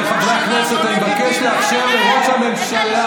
העם שלי, איפה העם שלי?